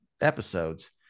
episodes